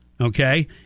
okay